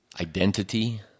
identity